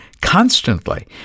constantly